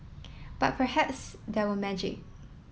but perhaps there were magic